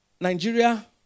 Nigeria